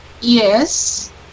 Yes